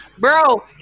Bro